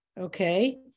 Okay